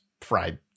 fried